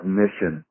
mission